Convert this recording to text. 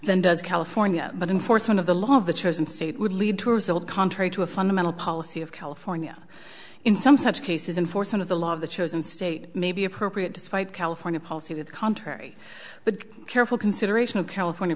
than does california but enforcement of the law of the chosen state would lead to a result contrary to a fundamental policy of california in some such cases enforcement of the law of the chosen state may be appropriate despite california policy to the contrary but careful consideration of california